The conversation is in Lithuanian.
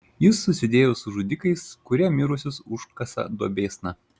jis susidėjo su žudikais kurie mirusius užkasa duobėsna